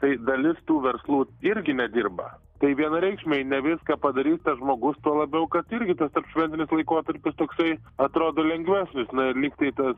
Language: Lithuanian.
tai dalis tų verslų irgi nedirba tai vienareikšmiai ne viską padarys tas žmogus tuo labiau kad irgi tas tarpšventinis laikotarpis toksai atrodo lengvesnis na ir lyg tai tas